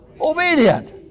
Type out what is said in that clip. Obedient